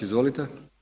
Izvolite.